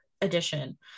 edition